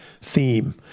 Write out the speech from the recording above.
theme